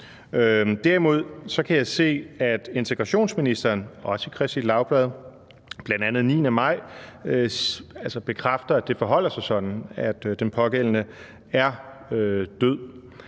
Derimod kan jeg se, at udlændinge- og integrationsministeren også i Kristeligt Dagblad, bl.a. den 9. maj, bekræfter, at det forholder sig sådan, at den pågældende er død.